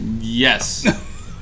yes